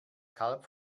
kalb